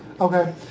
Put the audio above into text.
Okay